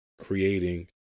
creating